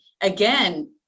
again